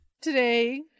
today